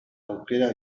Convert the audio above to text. aukera